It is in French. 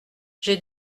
j’ai